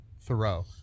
Thoreau